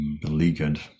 beleaguered